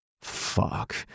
Fuck